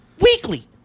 weekly